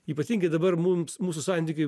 ypatingai dabar mums mūsų santykiai